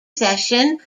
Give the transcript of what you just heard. session